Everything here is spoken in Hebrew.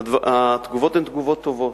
התגובות הן תגובות טובות.